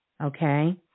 Okay